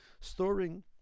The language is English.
Storing